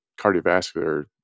cardiovascular